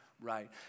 right